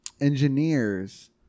engineers